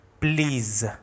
please